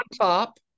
top